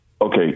Okay